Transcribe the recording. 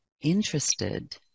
interested